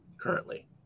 currently